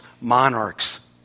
monarchs